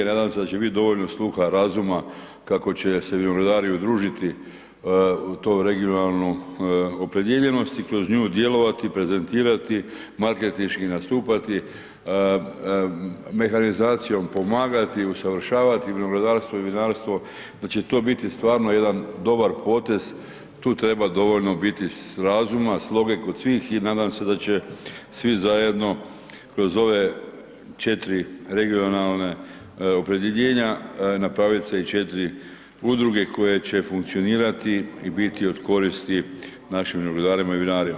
Nadam se da će biti dovoljno sluha, razuma kako će se vinogradari udružiti u tu regionalnu opredijeljenost i kroz nju djelovati, prezentirati, marketinški nastupati, mehanizacijom pomagati i usavršavati vinogradarstvo i vinarstvo, da će to biti stvarno jedan dobar potez, tu treba dovoljno biti razuma, sloge kod svih i nadam se da će svi zajedno kroz ove četiri regionalne, opredjeljenja napraviti se i četiri udruge koje će funkcionirati i biti od koristi našim vinogradarima i vinarima.